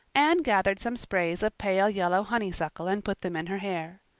anne gathered some sprays of pale-yellow honeysuckle and put them in her hair.